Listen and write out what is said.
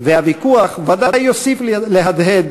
והוויכוח ודאי יוסיף להדהד,